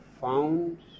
found